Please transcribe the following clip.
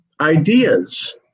ideas